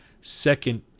second